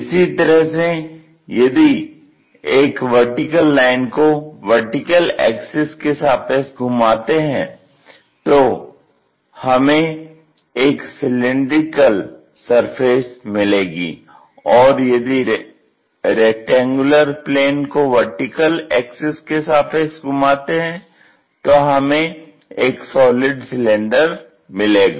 इसी तरह से यदि एक वर्टिकल लाइन को वर्टिकल एक्सिस के सापेक्ष घुमाते हैं तो हमें एक सिलैंडरिकल सरफेस मिलेगी और यदि रैक्टेंगुलर प्लेन को वर्टिकल एक्सिस के सापेक्ष घुमाते है तो हमें एक सॉलि़ड सिलेंडर मिलेगा